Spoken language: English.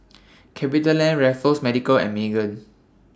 CapitaLand Raffles Medical and Megan